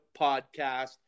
Podcast